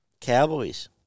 Cowboys